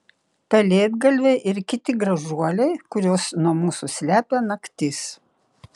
pelėdgalviai ir kiti gražuoliai kuriuos nuo mūsų slepia naktis